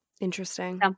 Interesting